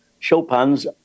Chopin's